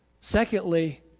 secondly